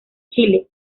chile